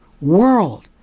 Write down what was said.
world